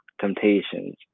temptations